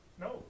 No